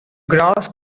grass